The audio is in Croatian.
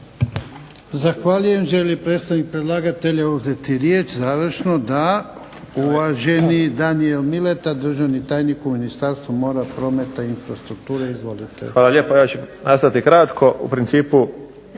Zahvaljujem. Želi li predstavnik predlagatelja uzeti riječ završnu? Da. Uvaženi Danijel Mileta, državni tajnik u Ministarstvu mora, prometa i infrastrukture. Izvolite. **Mileta, Danijel** Hvala lijepo. Ja ću nastojati kratko. U principu,